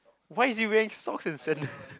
why is he wearing socks and sandals